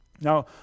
Now